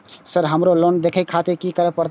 Sir हमरो loan देखें खातिर की करें परतें?